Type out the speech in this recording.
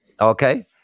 okay